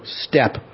step